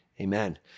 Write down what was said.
Amen